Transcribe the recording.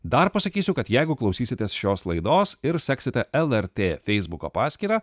dar pasakysiu kad jeigu klausysitės šios laidos ir seksite lrt feisbuko paskyrą